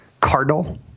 Cardinal